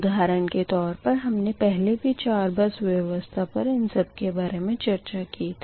उधारण के तौर पर हमने पहले भी चार बस व्यवस्था पर इन सब के बारे मे चर्चा की थी